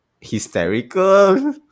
hysterical